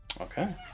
Okay